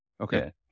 Okay